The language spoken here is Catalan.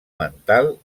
mental